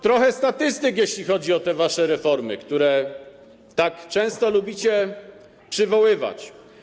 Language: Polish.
Trochę statystyk, jeśli chodzi o wasze reformy, które tak często lubicie przywoływać.